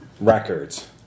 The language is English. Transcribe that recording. records